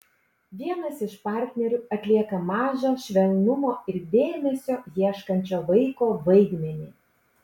vienas iš partnerių atlieka mažo švelnumo ir dėmesio ieškančio vaiko vaidmenį